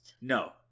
No